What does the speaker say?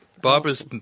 Barbara's